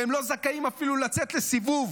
והם לא זכאים אפילו לצאת לסיבוב.